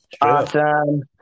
Awesome